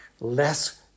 Less